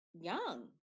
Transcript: young